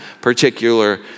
particular